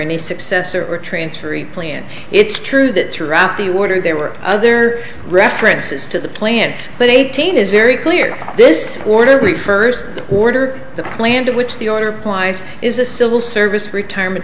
any successor transferee plant it's true that throughout the water there were other references to the plant but eighteen is very clear this order we first order the plant at which the owner plies is a civil service retirement